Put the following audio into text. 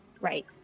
Right